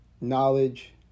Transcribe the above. knowledge